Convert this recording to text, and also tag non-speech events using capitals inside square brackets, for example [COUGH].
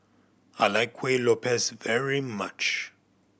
I like kueh [UNINTELLIGIBLE] very much